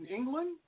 England